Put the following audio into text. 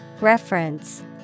Reference